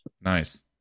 Nice